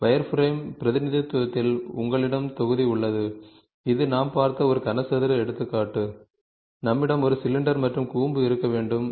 wireframe பிரதிநிதித்துவத்தில் உங்களிடம் தொகுதி உள்ளது இது நாம் பார்த்த ஒரு கன சதுர எடுத்துக்காட்டு நம்மிடம் ஒரு சிலிண்டர் மற்றும் கூம்பு இருக்க முடியும்